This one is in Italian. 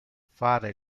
fare